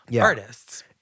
artists